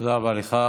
תודה רבה לך.